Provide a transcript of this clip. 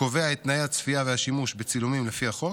הקובע את תנאי הצפייה והשימוש בצילומים לפי החוק.